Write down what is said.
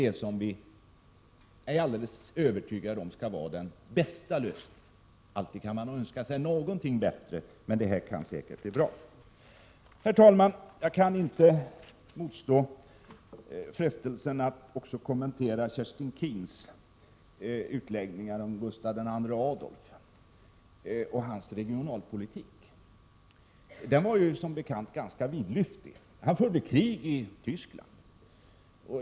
1987/88:123 lösning som jag är övertygad om är den bästa. Naturligtvis kan man alltid 19 maj 1988 Önska sig någonting ännu bättre, men den här lösningen kommer säkerligen att fungera bra. Herr talman! Jag kan inte heller motstå frestelsen att kommentera Kerstin Keens utläggningar om Gustav II Adolfs regionalpolitik. Denna var som bekant ganska vidlyftig: han förde krig i Tyskland.